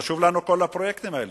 חשובים לנו כל הפרויקטים האלה,